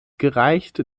gereicht